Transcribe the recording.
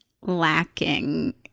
lacking